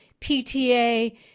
PTA